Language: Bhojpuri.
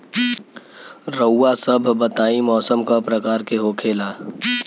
रउआ सभ बताई मौसम क प्रकार के होखेला?